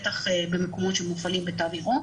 בטח במקומות שמופעלים בתו ירוק,